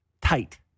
tight